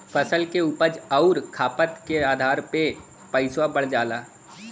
फसल के उपज आउर खपत के आधार पे पइसवा बढ़ जाला